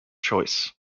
choice